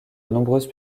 nombreuses